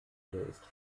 ist